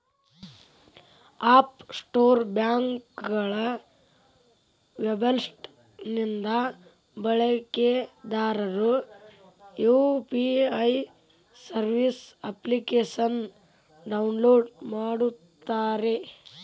app store ಬ್ಯಾಂಕ್ಗಳ website ನಿಂದ ಬಳಕೆದಾರರು ಯು.ಪಿ.ಐ ಸರ್ವಿಸ್ ಅಪ್ಲಿಕೇಶನ್ನ ಡೌನ್ಲೋಡ್ ಮಾಡುತ್ತಾರೆ